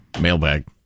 Mailbag